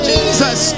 Jesus